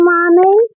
Mommy